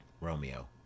Romeo